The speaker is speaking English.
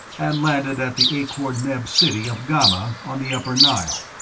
and landed at the akor-neb city of ghamma, on the upper nile.